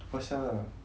tu pasal ah